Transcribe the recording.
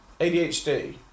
ADHD